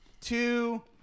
two